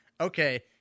okay